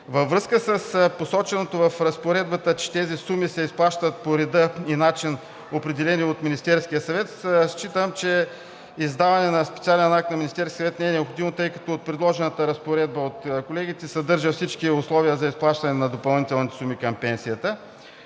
Във връзка с посоченото в Разпоредбата, че тези суми се изплащат по реда и начин, определени от Министерския съвет, считам, че издаване на специален акт на Министерския съвет не е необходимо, тъй като предложената разпоредба от колегите съдържа всички условия за изплащане на допълнителните суми към пенсията.